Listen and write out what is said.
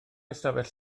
ystafell